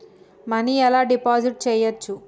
Money ఎలా deposit చేయచ్చు?